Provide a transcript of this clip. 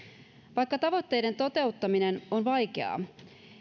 vaikka tavoitteiden toteuttaminen on vaikeaa